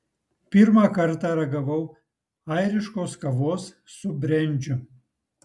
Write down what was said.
pirmą kartą ragavau airiškos kavos su brendžiu